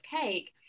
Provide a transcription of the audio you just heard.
cake